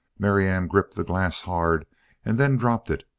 marianne gripped the glass hard and then dropped it.